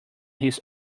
his